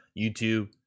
YouTube